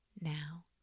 now